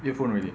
earphone already